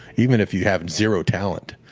even if you have zero talent.